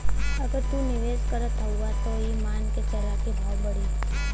अगर तू निवेस करत हउआ त ई मान के चला की भाव बढ़ी